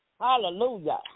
Hallelujah